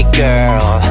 girl